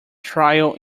trial